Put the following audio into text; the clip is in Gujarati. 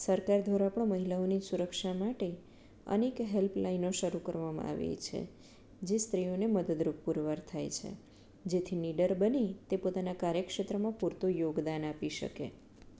સરકાર દ્વારા પણ મહિલાઓની સુરક્ષા માટે અનેક હેલ્પલાઈનો શરૂ કરવામાં આવી છે જે સ્ત્રીઓને મદદરૂપ પુરવાર થાય છે જેથી નીડર બની તે પોતાના કાર્યક્ષેત્રમાં પૂરતું યોગદાન આપી શકે છે